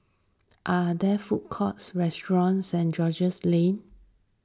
are there food courts restaurants Saint George's Lane